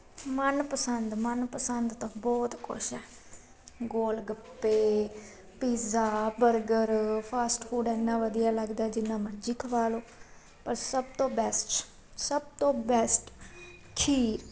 ਮਨਪਸੰਦ ਮਨਪਸੰਦ ਤਾਂ ਬਹੁਤ ਕੁਛ ਹੈ gol gappe pizza burger fast food ਇੰਨਾ ਵਧੀਆ ਲੱਗਦਾ ਜਿੰਨਾ ਮਰਜ਼ੀ ਖਵਾ ਲਓ ਪਰ ਸਭ ਤੋਂ ਬੈਸਟ ਸਭ ਤੋਂ ਬੈਸਟ ਖੀਰ